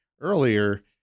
earlier